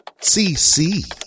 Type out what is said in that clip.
CC